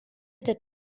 da